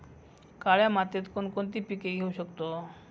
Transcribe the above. काळ्या मातीत कोणकोणती पिके घेऊ शकतो?